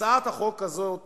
הצעת החוק הזאת